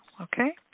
okay